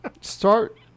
Start